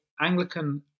Anglican